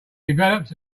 developed